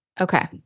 Okay